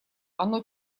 оно